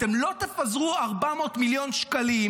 אתם לא תתפזרו 400 מיליון שקלים